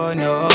no